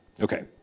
Okay